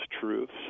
truths